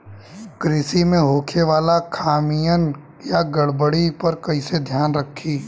कृषि में होखे वाला खामियन या गड़बड़ी पर कइसे ध्यान रखि?